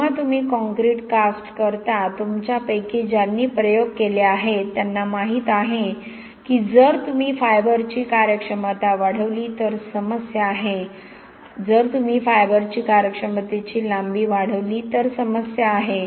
जेव्हा तुम्ही concrete cast करता तुमच्यापैकी ज्यांनी प्रयोग केले आहेत त्यांना माहित आहे की जर तुम्ही फायबरची कार्यक्षमता वाढवली तर समस्या आहे जर तुम्ही फायबरची कार्यक्षमतेची लांबी वाढवली तर समस्या आहे